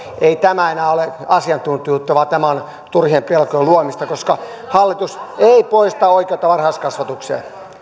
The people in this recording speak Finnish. ei tämä enää ole asiantuntijuutta vaan tämä turhien pelkojen luomista koska hallitus ei poista oikeutta varhaiskasvatukseen